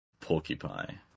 Porcupine